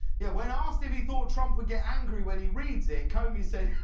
yeah, when asked if he thought trump would get angry when he reads it comey said,